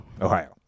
Ohio